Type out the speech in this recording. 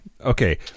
Okay